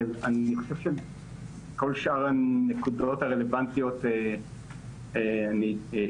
אני חושב שלכל שאר הנקודות הרלוונטיות התייחסתי.